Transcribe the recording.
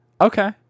Okay